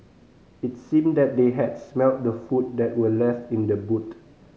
it seemed that they had smelt the food that were left in the boot